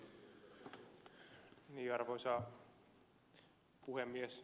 arvoisa puhemies